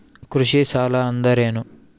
ಕೃಷಿ ಸಾಲ ಅಂದರೇನು?